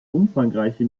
umfangreiche